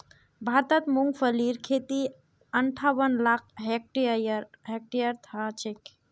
भारतत मूंगफलीर खेती अंठावन लाख हेक्टेयरत ह छेक